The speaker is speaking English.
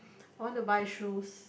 I want to buy shoes